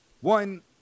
one